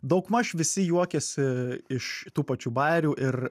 daugmaž visi juokiasi iš tų pačių bajerių ir